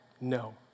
No